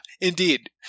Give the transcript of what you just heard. indeed